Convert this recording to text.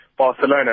Barcelona